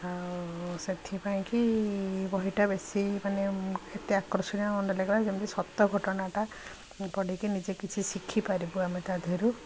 ଆଉ ସେଥିପାଇଁ କି ବହିଟା ବେଶୀ ମାନେ ଏତେ ଆକର୍ଷଣୀୟ ଲାଗିଲା ଯେମିତି ସତ ଘଟଣାଟା ପଢ଼ିକି ନିଜେ କିଛି ଶିଖି ପାରିବୁ ଆମେ ତା ଧିଅରୁ